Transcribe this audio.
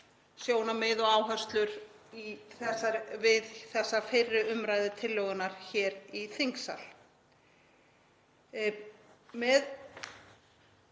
sjónarmið og áherslur við þessa fyrri umræðu tillögunnar hér í þingsal.